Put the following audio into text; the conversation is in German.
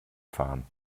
fahren